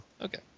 Okay